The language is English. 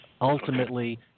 Ultimately